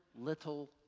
little